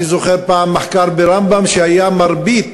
אני זוכר מחקר שמצא שמרבית,